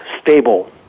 stable